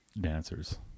dancers